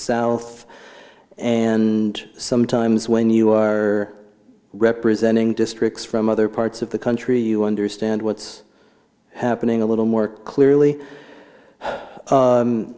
south and sometimes when you are representing districts from other parts of the country you understand what's happening a little more clearly